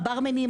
הברמנים,